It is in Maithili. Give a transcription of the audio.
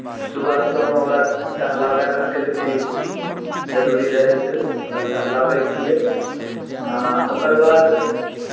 सुबह शाम ओकरा टहलाबय खातिर भी जरूरी रहै छै ओकरा टहलाबैत छियै आ ओकर बाद